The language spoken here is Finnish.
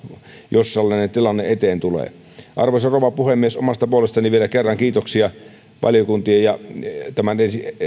jos sellainen tilanne eteen tulee arvoisa rouva puhemies omasta puolestani vielä kerran kiitoksia valiokuntien ja tämän